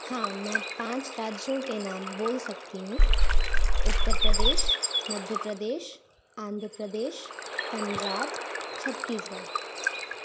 हाँ मैं पाँच राज्यों के नाम बोल सकती हूँ उत्तर प्रदेश मध्य प्रदेश आंध्र प्रदेश पंजाब छत्तीसगढ़